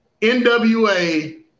NWA